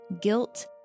guilt